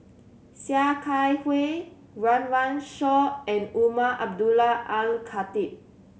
Sia Kah Hui Run Run Shaw and Umar Abdullah Al Khatib